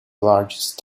largest